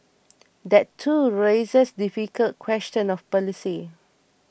that too raises difficult questions of policy